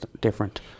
different